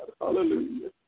Hallelujah